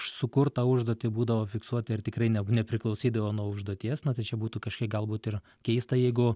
už sukurtą užduotį būdavo fiksuoti ir tikrai nepriklausydavo nuo užduoties na tai čia būtų kažkiek galbūt ir keista jeigu